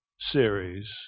series